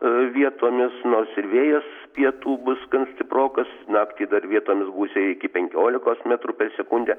aa vietomis nors ir vėjas pietų bus gan stiprokas naktį dar vietomis gūsiai iki penkiolikos metrų per sekundę